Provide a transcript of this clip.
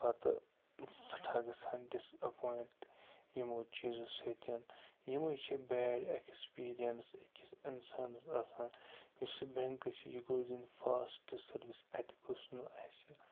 پَتہٕ سٮ۪ٹھاہ گَژھان ڈِس اٮ۪پویِنٹ یِمو چیٖزو سۭتۍ یِمَے چھِ بیڈ ایٚکسپیٖریَنس أکِس اِنسانَس آسان یُس یہِ بٮ۪نٛکٕچ یہِ گوٚژھ دیُن فاسٹ سٔروِس اَتہِ گوٚژھ نہٕ اَسہِ